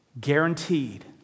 guaranteed